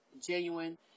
genuine